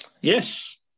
Yes